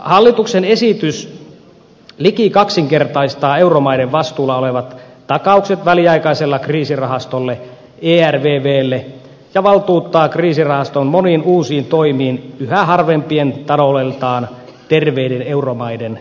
hallituksen esitys liki kaksinkertaistaa euromaiden vastuulla olevat takaukset väliaikaiselle kriisirahastolle ervvlle ja valtuuttaa kriisirahaston moniin uusiin toimiin yhä harvempien taloudeltaan terveiden euromaiden kasvavalle yhteisvastuulle